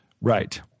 Right